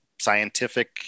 scientific